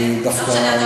אני דווקא לא,